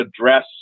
address